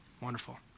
Wonderful